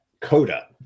coda